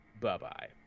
Bye-bye